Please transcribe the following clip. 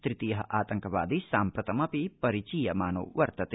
तृतीय आतंकवादी साम्प्रतमपि परिचीयमानो वर्तते